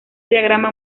diagrama